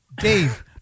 Dave